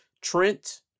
Trent